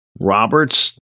Roberts